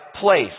place